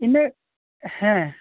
ᱤᱱᱟ ᱜ ᱦᱮᱸ